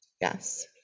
Yes